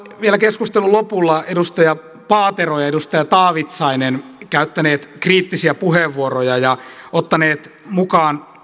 vielä keskustelun lopulla edustaja paatero ja edustaja taavitsainen käyttäneet kriittisiä puheenvuoroja ja ottaneet mukaan